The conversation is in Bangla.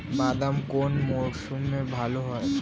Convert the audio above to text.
বাদাম কোন মরশুমে ভাল হয়?